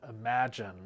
imagine